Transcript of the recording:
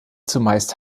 zumeist